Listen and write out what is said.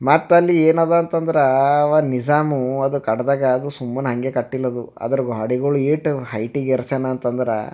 ಮತ್ತಲ್ಲಿ ಏನಿದೆ ಅಂತಂದ್ರೆ ಅವ ನಿಜಾಮು ಅದು ಕಟ್ಟಿದಾಗ ಅದು ಸುಮ್ಮನೆ ಹಂಗೆ ಕಟ್ಟಿಲ್ಲ ಅದು ಅದರ ಗೋಡೆಗಳು ಎಷ್ಟು ಹೈಟಿಗೆ ಏರಿಸ್ಯಾನ ಅಂತಂದ್ರೆ